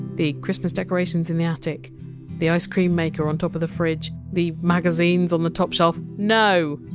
the christmas decorations in the attic the ice cream maker on top of the fridge the magazines on the top shelf no.